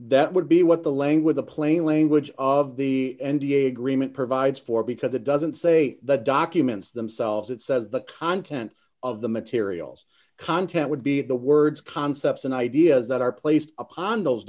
that would be what the language the plain language of the n d a agreement provides for because it doesn't say the documents themselves it says the content of the materials content would be the words concepts and ideas that are placed upon those